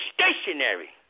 stationary